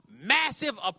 massive